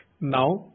Now